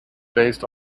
based